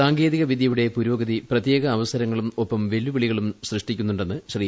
സാങ്കേതിക വിദ്യയുടെ പുരോഗതി പ്രത്യേക അവസരങ്ങളും ഒപ്പം വെല്ലുവിളികളും സൃഷ്ടിക്കുന്നുണ്ടെന്ന് ശ്രീ